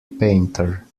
painter